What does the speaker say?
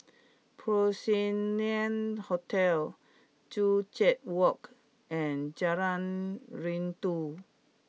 Porcelain Hotel Joo Chiat Walk and Jalan Rindu